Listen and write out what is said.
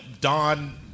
Don